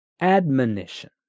admonition